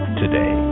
today